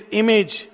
image